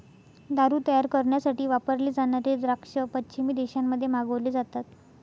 दारू तयार करण्यासाठी वापरले जाणारे द्राक्ष पश्चिमी देशांमध्ये मागवले जातात